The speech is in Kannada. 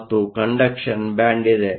ಮತ್ತು ಕಂಡಕ್ಷನ್ ಬ್ಯಾಂಡ್ ಇದೆ